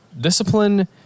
discipline